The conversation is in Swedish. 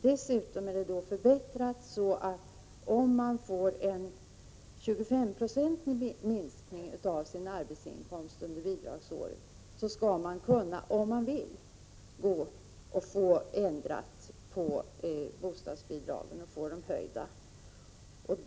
Förbättringen innebär att om man får en 25-procentig minskning av sina arbetsinkomster under bidragsåret, skall man kunna begära en höjning av bostadsbidraget.